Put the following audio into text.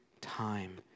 time